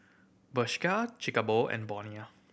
Bershka Chic a Boo and Bonia